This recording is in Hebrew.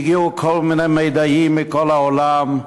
הגיעו כל מיני מידעים מכל העולם,